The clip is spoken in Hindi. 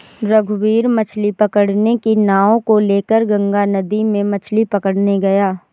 रघुवीर मछ्ली पकड़ने की नाव को लेकर गंगा नदी में मछ्ली पकड़ने गया